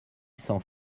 cent